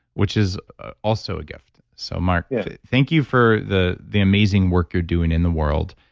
which is also a gift. so, mark, thank you for the the amazing work you're doing in the world,